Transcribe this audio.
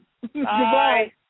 Goodbye